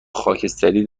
خاکستری